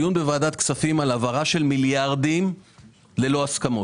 דיון בוועדת כספים על העברה של מיליארדים ללא הסכמות.